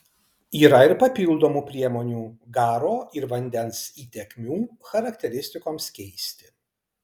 yra ir papildomų priemonių garo ir vandens įtekmių charakteristikoms keisti